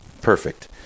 perfect